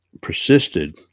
persisted